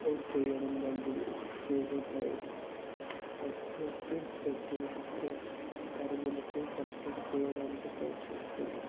out చేయడం వంటిది చేసే ప్రయత్ ప్రత్యర్థి జట్టును తక్కువ పరుగులకే కట్టడి చేయడానికి ప్రయత్నిస్తాం